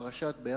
פרשת בהר,